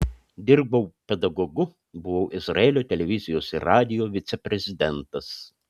dirbau pedagogu buvau izraelio televizijos ir radijo viceprezidentas